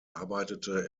arbeitete